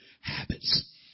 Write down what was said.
habits